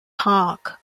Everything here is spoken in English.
park